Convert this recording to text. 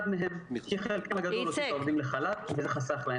כי חלקם הגדול הוציא את העובדים לחל"ת וזה חסך להם.